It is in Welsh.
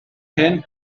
hen